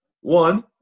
one